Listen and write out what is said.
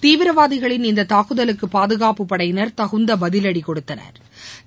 தீவிரவாதிகளின் இந்த தாக்குதலுக்கு பாதுகாப்பு படையின் தகுந்த பதிவடி கொடுத்தனா்